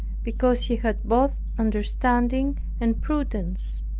because he had both understanding and prudence